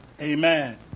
Amen